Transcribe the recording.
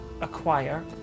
acquire